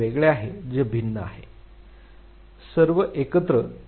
हे वेगळे आहे जे भिन्न आहे सर्व एकत्र